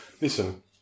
listen